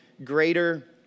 Greater